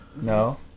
No